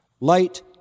Light